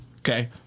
Okay